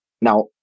Now